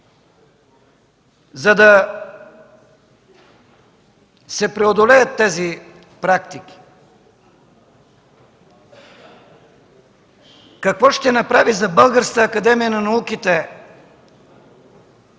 за да се преодолеят тези практики? Какво ще направи за Българската академия на науките?